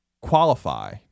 qualify